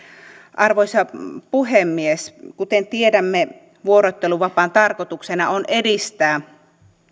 arvoisa puhemies kuten tiedämme vuorotteluvapaan tarkoituksena on edistää